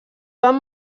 van